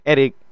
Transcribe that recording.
Eric